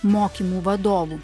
mokymų vadovų